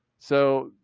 so,